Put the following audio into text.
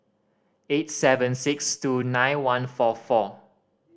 eight seven six two nine one four four